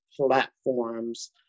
platforms